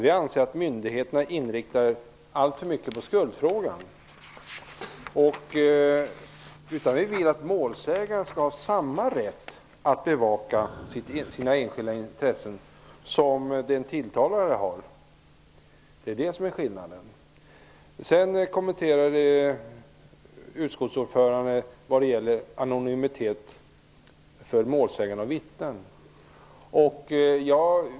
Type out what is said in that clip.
Vi anser att myndigheterna är alltför mycket inriktade på skuldfrågan. Vi vill att målsäganden skall ha samma rätt att bevaka sina enskilda intressen som den tilltalade har. Detta är skillnaden. Utskottsordföranden hade också kommentarer beträffande anonymiteten för målsäganden och vittnen.